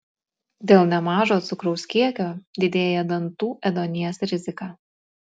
dėl nemažo cukraus kiekio didėja dantų ėduonies rizika